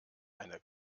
eine